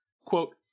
quote